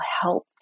help